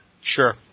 Sure